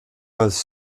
als